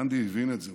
גנדי הבין את זה.